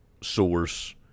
source